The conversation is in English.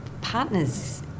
partners